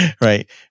right